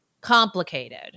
complicated